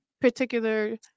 particular